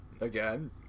again